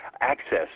access